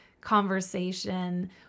conversation